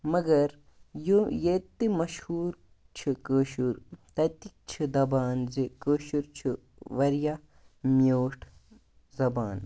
مگر یہِ ییٚتہِ تہِ مشہوٗر چھِ کٲشُر تَتِکۍ چھِ دَپان زِ کٲشُر چھُ واریاہ میٛوٗٹھ زَبان